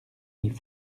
ils